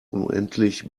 unendlich